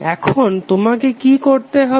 এখন তোমাকে কি করতে হবে